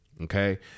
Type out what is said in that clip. Okay